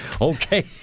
Okay